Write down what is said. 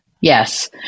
Yes